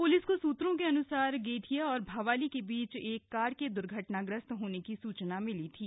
police सूत्रों के अनुसार गेठिया और भवाली के बीच एक कार के दुर्घटनाग्रस्त होने की सूचना मिली थी